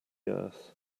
earth